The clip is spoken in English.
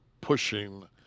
pushing